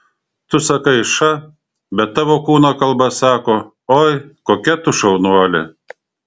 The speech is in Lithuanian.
tu sakai ša bet tavo kūno kalba sako oi kokia tu šaunuolė